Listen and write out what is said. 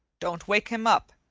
don't wake him up.